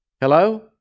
Hello